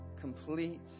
complete